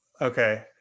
okay